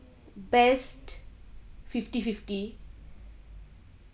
best fifty fifty